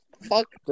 Fuck